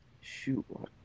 Shoot